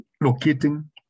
locating